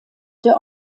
der